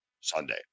Sunday